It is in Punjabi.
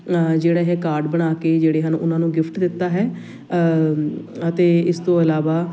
ਜਿਹੜਾ ਇਹ ਕਾਰਡ ਬਣਾ ਕੇ ਜਿਹੜੇ ਹਨ ਉਹਨਾਂ ਨੂੰ ਗਿਫਟ ਦਿੱਤਾ ਹੈ ਅਤੇ ਇਸ ਤੋਂ ਇਲਾਵਾ